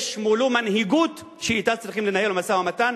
מולו מנהיגות שאתה צריכים לנהל משא-ומתן.